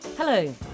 Hello